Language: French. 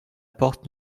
porte